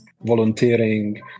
volunteering